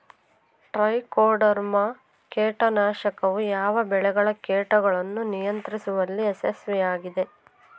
Trichoderma ಕೇಟನಾಶಕವು ಯಾವ ಬೆಳೆಗಳ ಕೇಟಗಳನ್ನು ನಿಯಂತ್ರಿಸುವಲ್ಲಿ ಯಶಸ್ವಿಯಾಗಿದೆ?